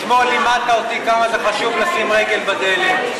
אתמול לימדת אותי כמה זה חשוב לשים רגל בדלת,